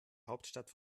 hauptstadt